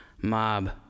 Mob